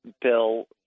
bill